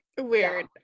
Weird